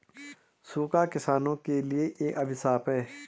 सूखा किसानों के लिए एक अभिशाप है